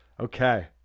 Okay